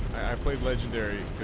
i played legendary